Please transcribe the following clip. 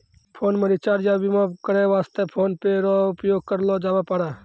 phone मे recharge या बीमा करै वास्ते फोन पे रो उपयोग करलो जाबै पारै